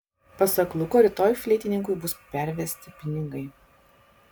pasak luko rytoj fleitininkui bus pervesti pinigai